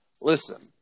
Listen